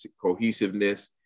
cohesiveness